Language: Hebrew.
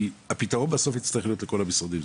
כי הפתרון בסוף יצטרך להיות לכל המשרדים.